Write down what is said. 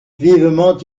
vivement